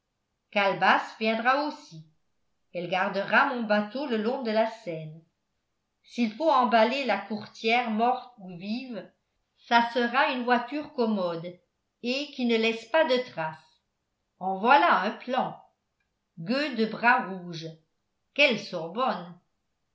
calebasse viendra aussi elle gardera mon bateau le long de la seine s'il faut emballer la courtière morte ou vive ça sera une voiture commode et qui ne laisse pas de traces en voilà un plan gueux de bras rouge quelle sorbonne